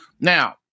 Now